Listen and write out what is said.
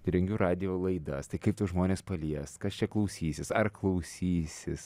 rengiu radijo laidas tai kaip tuos žmonės palies kas čia klausysis ar klausysis